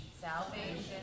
Salvation